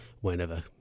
whenever